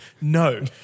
No